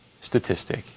statistic